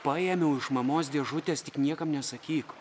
paėmiau iš mamos dėžutės tik niekam nesakyk